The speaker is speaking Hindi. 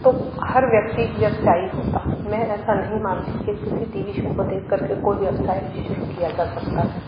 तो हर व्यक्ति व्यवसायी होता मैं ऐसा नहीं मानती की किसी टीवी शो को देख कर के कोई व्यवसाय शुरू किया जा सकता है